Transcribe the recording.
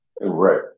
Right